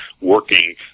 working